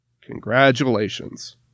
Congratulations